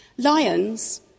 Lions